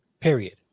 period